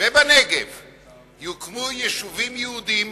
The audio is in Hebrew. ובנגב יוקמו יישובים יהודיים